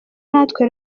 natwe